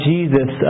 Jesus